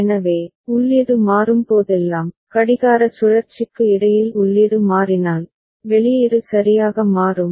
எனவே உள்ளீடு மாறும்போதெல்லாம் கடிகார சுழற்சிக்கு இடையில் உள்ளீடு மாறினால் வெளியீடு சரியாக மாறும்